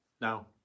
Now